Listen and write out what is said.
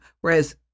whereas